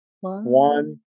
one